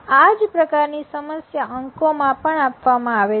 આ જ પ્રકારની સમસ્યા અંકોમાં આપવામાં આવે છે